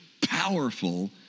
powerful